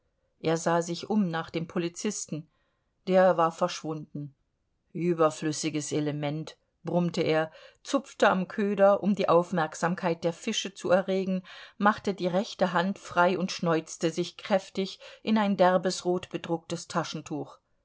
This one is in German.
er sah sich um nach dem polizisten der war verschwunden überflüssiges element brummte er zupfte am köder um die aufmerksamkeit der fische zu erregen machte die rechte hand frei und schneuzte sich kräftig in ein derbes rotbedrucktes taschentuch